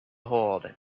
hold